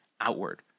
outward